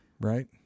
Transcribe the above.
right